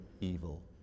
evil